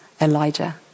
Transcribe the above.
Elijah